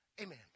Amen